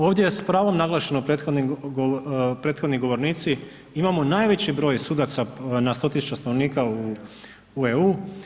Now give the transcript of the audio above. Ovdje je s pravom naglašeno prethodni govornici, imamo najveći broj sudaca na 100 tisuća stanovnika u EU.